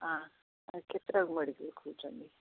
ଆଁ ଆ କେତେଟାକୁ ମେଡ଼ିକାଲ୍ ଖୋଲୁଛନ୍ତି